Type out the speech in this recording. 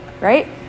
right